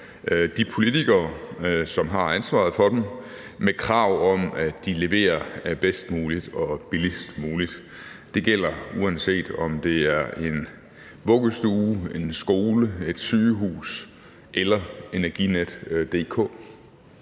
de politikere, som har ansvaret for dem, med krav om, at de leverer bedst muligt og billigst muligt. Det gælder, uanset om det er en vuggestue, en skole, et sygehus eller Energinet.